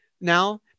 now